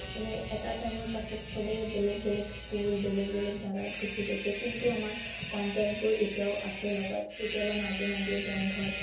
like এটা টাইমৰ পাছত চবেই বেলেগ বেলেগ স্কুল বেলেগ বেলেগ জেগাত গুচি গৈছে কিন্তু আমাৰ কণ্টেকবোৰ এতিয়াও আছে লগত কেতিয়াবা মাজে মাজে বন্ধত